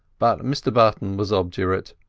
but mr button was obdurate.